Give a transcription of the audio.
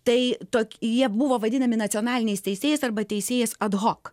tai tok jie buvo vadinami nacionaliniais teisėjais arba teisėjas ad hok